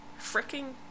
freaking